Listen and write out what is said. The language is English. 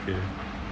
okay